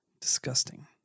disgusting